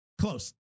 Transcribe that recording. Close